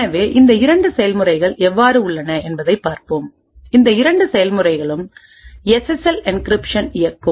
எனவே இந்த இரண்டு செயல்முறைகள் எவ்வாறு உள்ளன என்பதைப் பார்ப்போம் இந்த இரண்டு செய்முறைகளும் எஸ்எஸ்எல் என்கிரிப்ஷனை இயக்கும்